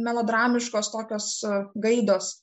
melodramiškos tokios gaidos